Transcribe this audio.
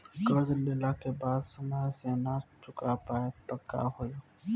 कर्जा लेला के बाद समय से ना चुका पाएम त का होई?